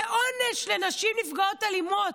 זה עונש לנשים נפגעות אלימות.